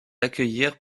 accueillir